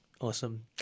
awesome